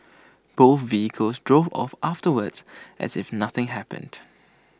both vehicles drove off afterwards as if nothing happened